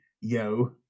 yo